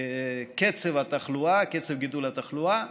גידול התחלואה.